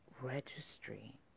registry